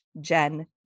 jen